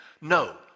No